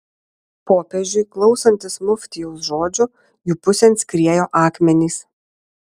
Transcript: popiežiui klausantis muftijaus žodžių jų pusėn skriejo akmenys